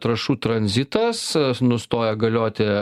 trąšų tranzitas nustoja galioti